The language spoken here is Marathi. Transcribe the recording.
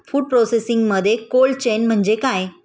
फूड प्रोसेसिंगमध्ये कोल्ड चेन म्हणजे काय?